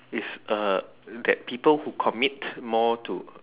if uh that people who commit more to